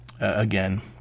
again